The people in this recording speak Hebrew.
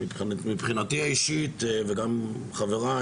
מבחינתי האישית וגם מבחינת חבריי,